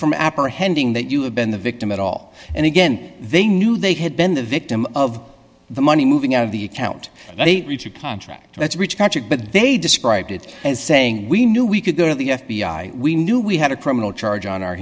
from apprehending that you have been the victim at all and again they knew they had been the victim of the money moving out of the account and they reach a contract that's a rich country but they described it as saying we knew we could go to the f b i we knew we had a criminal charge on our